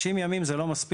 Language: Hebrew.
90 ימים זה לא מספיק.